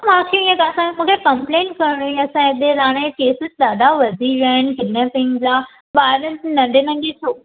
मांखे इअं तां सां मुखे कंप्लेंन करणी आ असांए हिते केसीस ॾाढा वधी विया आइन किडनैपिंग जा ॿारनि नंढी नंढी छोक